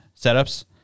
setups